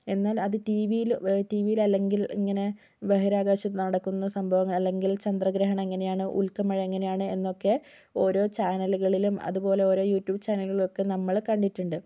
എന്നാൽ അത് ടി വിയിൽ ടി വിയിലല്ലെങ്കിൽ ഇങ്ങനെ ബഹിരാകാശത്ത് നടക്കുന്ന സംഭവം അല്ലെങ്കിൽ ചന്ദ്രഗ്രഹണം എങ്ങനെയാണ് ഉൽക്ക മഴ എങ്ങനെയാണ് എന്നൊക്കെ ഓരോ ചാനലുകളിലും അതുപോലെ ഓരോ യൂട്യൂബ് ചാനലിലൊക്കെ നമ്മൾ കണ്ടിട്ടുണ്ട്